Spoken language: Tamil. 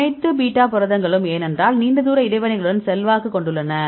அனைத்து பீட்டா புரதங்களும் ஏனென்றால் நீண்ட தூர இடைவினைகளுடன் செல்வாக்கு கொண்டுள்ளன